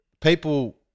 people